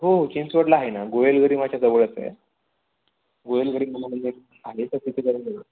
हो हो चिंचवडला आहे ना गोयल गरिमाच्या जवळच आहे गोयल गरिमा म्हणून एक आहे तर तिथे जवळच